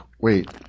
wait